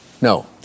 no